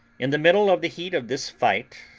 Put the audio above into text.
in the middle of the heat of this fight,